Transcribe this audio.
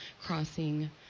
crossing